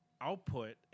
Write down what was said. Output